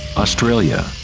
australia,